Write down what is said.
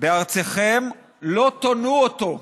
בארצכם לא תונו אֹתו"